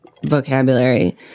Vocabulary